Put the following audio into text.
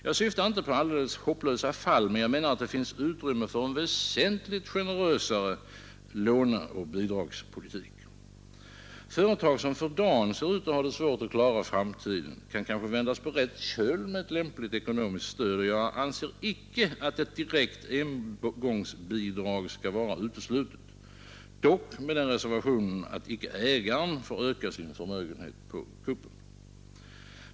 Jag syftar inte på alldeles hopplösa fall, men jag menar att det finns utrymme för en väsentligt generösare låneoch bidragspolitik. Företag, som för dagen ser ut att få svårt att klara framtiden, kan kanske vändas på rätt köl med lämpligt ekonomiskt stöd, och jag anser inte att ett direkt engångsbidrag skall vara uteslutet — dock med den reservationen att inte ägaren ökar sin förmögenhet på kuppen.